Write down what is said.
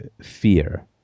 fear